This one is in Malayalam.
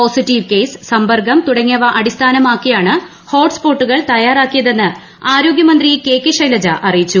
പോസിറ്റീവ്ക്കേസ് സമ്പർക്കം തുടങ്ങിയവ അടിസ്ഥാനമാക്കിയാണ് ഹോട്ട്സ്പ്പോട്ടുകൾ തയ്യാറാക്കിയതെന്ന് ആരോഗ്യമന്ത്രി കെ കെ ശൈലജ് അറിയിച്ചു